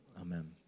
amen